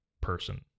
person